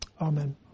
Amen